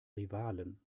rivalen